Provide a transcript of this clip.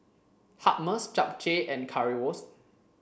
Hummus Japchae and Currywurst